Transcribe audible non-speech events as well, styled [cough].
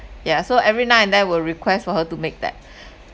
yeah so every now and then I will request for her to make that [breath]